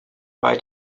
bei